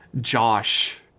Josh